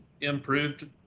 improved